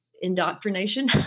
indoctrination